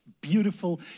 beautiful